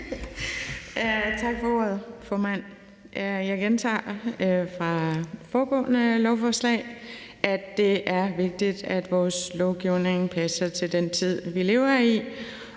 Tak for ordet, formand. Jeg gentager det fra det foregående lovforslag, nemlig at det er vigtigt, at vores lovgivning passer til den tid, vi lever i,